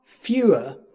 fewer